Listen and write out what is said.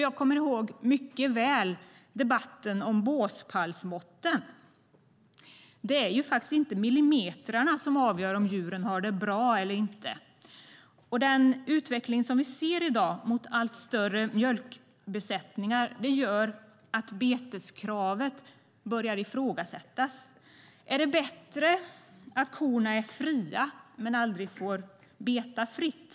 Jag kommer mycket väl ihåg debatten om båspallsmåtten. Det är inte millimeterna som avgör om djuren har det bra eller inte, och den utveckling som vi ser i dag mot allt större mjölkbesättningar gör att beteskravet börjar ifrågasättas. Är det bättre att korna är fria men aldrig får beta fritt?